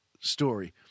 story